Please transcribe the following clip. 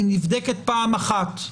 היא נבדקת פעם אחת.